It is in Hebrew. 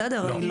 בסדר,